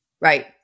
Right